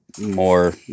more